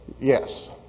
Yes